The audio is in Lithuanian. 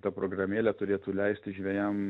ta programėlė turėtų leisti žvejam